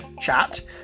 chat